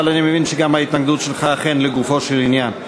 אבל אני מבין שההתנגדות שלך אכן לגופו של עניין.